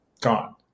gone